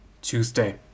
Tuesday